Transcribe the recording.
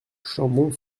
chambon